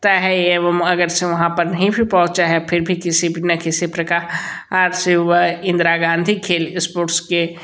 ता है एवं अगरचे वहाँ पर नहीं भी पहुंचा है फिर भी किसी ना किसी प्रका र से वह इंदरा गांधी खेल इस्पोर्ट्स के